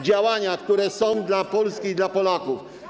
Działania, które są dla Polski i dla Polaków.